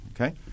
Okay